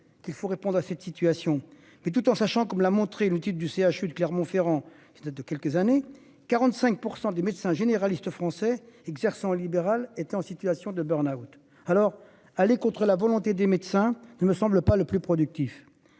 qu'il faut répondre à cette situation et tout en sachant, comme l'a montré le titre du CHU de Clermont-Ferrand. De quelques années, 45% des médecins généralistes français exerçant en libéral était en situation de burn-out alors aller contre la volonté des médecins ne me semble pas le plus productif.